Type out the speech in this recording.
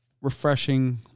refreshing